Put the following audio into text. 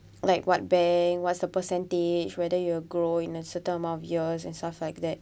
like what bank what's the percentage whether it will grow in a certain amount of years and stuff like that